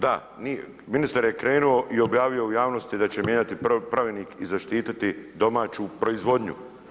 Da, ministar je krenuo i objavio u javnosti da će mijenjati pravilnik i zaštiti domaću proizvodnju.